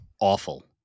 Awful